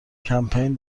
کمپین